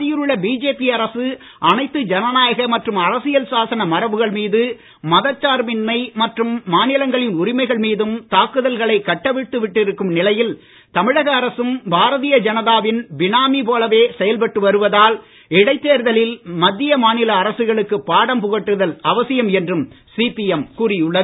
மத்தியில் உள்ள பிஜேபி அரசு அனைத்து ஜனநாயக மற்றும் அரசியல் சாசன மரபுகள் மீதும் மத சார்பின்மை மற்றும் மாநிலங்களின் உரிமைகள் மீதும் தாக்குதல்களை கட்டவிழ்த்து விட்டிருக்கும் நிலையில் தமிழக அரசும் பாரதீய ஜனதாவின் பினாமி போலவே செயல்பட்டு வருவதால் இடைத் தேர்தலில் மத்திய மாநில அரசுகளுக்கு பாடம் புகட்டுதல் அவசியம் என்றும் சிபிஎம் கூறியுள்ளது